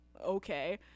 Okay